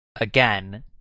again